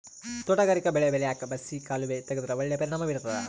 ತೋಟಗಾರಿಕಾ ಬೆಳೆ ಬೆಳ್ಯಾಕ್ ಬಸಿ ಕಾಲುವೆ ತೆಗೆದ್ರ ಒಳ್ಳೆ ಪರಿಣಾಮ ಬೀರ್ತಾದ